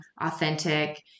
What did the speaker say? authentic